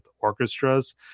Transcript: orchestras